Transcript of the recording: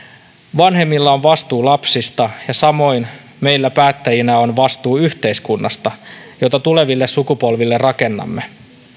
vanhemmilla on vastuu lapsista ja samoin meillä päättäjinä on vastuu yhteiskunnasta jota tuleville sukupolville rakennamme